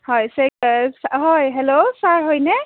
হয় ছেক এজ হয় হেল্ল' ছাৰ হয়নে